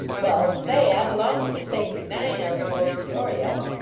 well, say, i be longed to the sacred nine out in old peoria,